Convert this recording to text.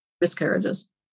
miscarriages